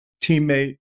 teammate